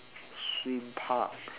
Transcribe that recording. swim park